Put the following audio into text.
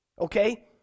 Okay